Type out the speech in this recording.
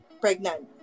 pregnant